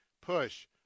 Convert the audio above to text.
Push